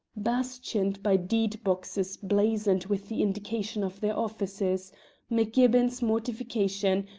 bastioned by deed-boxes blazoned with the indication of their offices macgibbon's mortification,